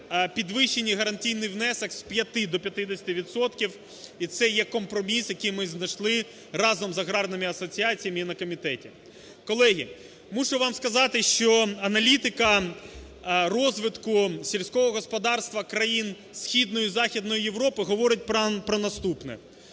підвищений гарантійний внесок з 5-и до 50 відсотків, і це є компроміс, який ми знайшли разом з аграрними асоціаціям і на комітеті. Колеги, мушу вам сказати, що аналітика розвитку сільського господарства країн Східної, Західної Європи говорить про наступне.